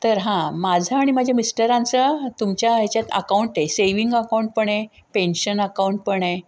तर हां माझं आणि माझ्या मिस्टरांचं तुमच्या ह्याच्यात अकाउंट आहे सेव्हिंग अकाऊंट पण आहे पेन्शन अकाउंट पण आहे